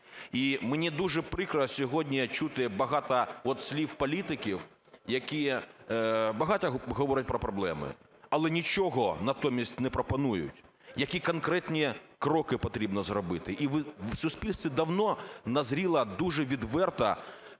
І мені дуже прикро сьогодні чути багато слів політиків, які багато говорять про проблеми, але нічого натомість не пропонують: які конкретно кроки потрібно зробити. І в суспільстві давно назріла дуже відверта,